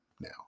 now